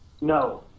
No